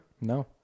No